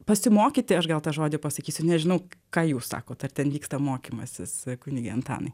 pasimokyti aš gal tą žodį pasakysiu nežinau ką jūs sakot ar ten vyksta mokymasis kunige antanai